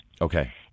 Okay